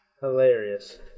Hilarious